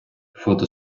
фото